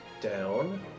down